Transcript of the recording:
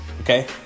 Okay